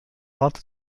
wandte